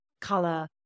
color